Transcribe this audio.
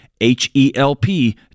H-E-L-P